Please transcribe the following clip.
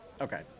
Okay